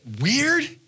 weird